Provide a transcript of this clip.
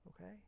okay